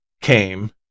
came